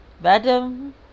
madam